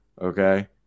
okay